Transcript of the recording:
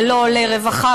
ולא לרווחה,